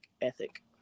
ethic